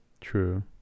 true